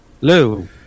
Lou